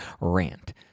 rant